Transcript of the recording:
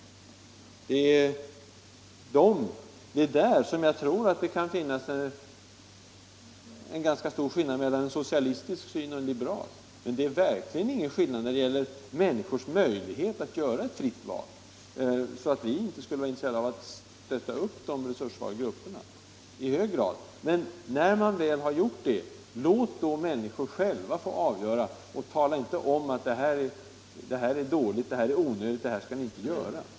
Det är där som skillnaden mellan en socialistisk och en liberal syn är så stor. Det är en annan sak än att ge människan resurser att efterfråga kulturen. Det är alltså inte så att vi inte skulle vara intresserade av att stödja de resurssvaga grupperna — det är vi i hög grad. Men när detta väl är gjort, låt då människorna själva få bestämma vad de vill göra! Säg inte till dem: Det här är dåligt! Det här är onödigt! Det här skall ni inte göra!